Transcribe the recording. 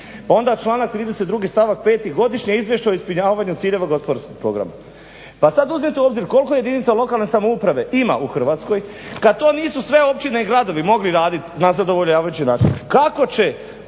Pa onda članak 32. stavak 5. godišnje izvješće o ispunjavanju ciljeva gospodarskog programa. Pa sad uzmete u obzir koliko jedinica lokalne samouprave ima u Hrvatskoj, kad to nisu sve općine i gradovi mogli raditi na zadovoljavajući način. Kako će